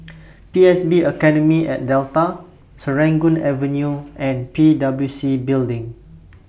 P S B Academy At Delta Serangoon Avenue and P W C Building